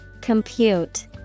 Compute